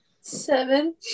Seven